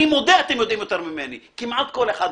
אני מודה, אתם יודעים יותר ממני, כמעט כל אחד מכם,